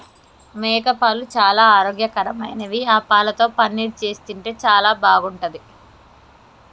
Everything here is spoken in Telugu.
మేకపాలు చాలా ఆరోగ్యకరమైనవి ఆ పాలతో పన్నీరు చేసి తింటే చాలా బాగుంటది